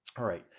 alright,